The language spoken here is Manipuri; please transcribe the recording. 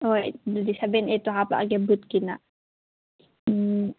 ꯍꯣꯏ ꯑꯗꯨꯗꯤ ꯁꯕꯦꯟ ꯑꯩꯠꯇꯨ ꯍꯥꯞꯂꯛꯂꯒꯦ ꯕꯨꯠꯀꯤꯅ ꯎꯝ